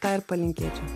to ir palinkėčiau